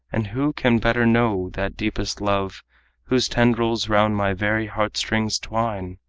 and who can better know that deepest love whose tendrils round my very heartstrings twine!